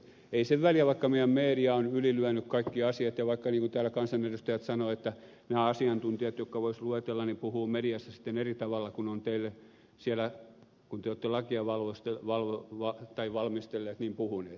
ei sen väliä vaikka meidän media on ylilyönyt kaikki asiat ja vaikka niin kuin täällä kansanedustajat sanovat nämä asiantuntijat jotka voisi luetella puhuvat mediassa sitten eri tavalla kuin ovat teille sillä kun työttömät ja varusteet valot tai lakia valmistellessanne puhuneet